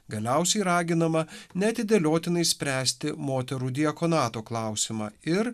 galiausiai raginama neatidėliotinai spręsti moterų diakonato klausimą ir